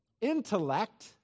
intellect